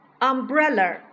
Umbrella